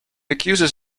accuses